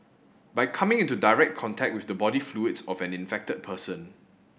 by coming into direct contact with the body fluids of an infected person